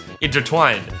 intertwined